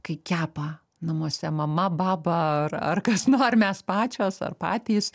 kai kepa namuose mama baba ar ar kas no ar mes pačios ar patys